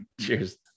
Cheers